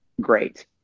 great